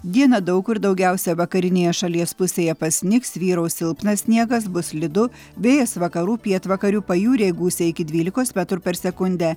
dieną daug kur daugiausia vakarinėje šalies pusėje pasnigs vyraus silpnas sniegas bus slidu vėjas vakarų pietvakarių pajūryje gūsiai iki dvylikos metrų per sekundę